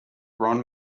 ron